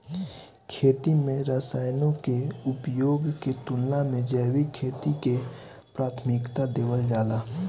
खेती में रसायनों के उपयोग के तुलना में जैविक खेती के प्राथमिकता देवल जाला